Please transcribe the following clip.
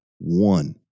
One